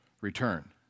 return